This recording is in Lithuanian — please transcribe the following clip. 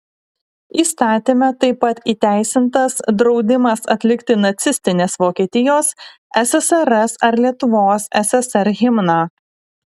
įstatyme taip pat įteisintas draudimas atlikti nacistinės vokietijos ssrs ar lietuvos ssr himną